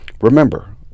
Remember